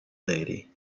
lady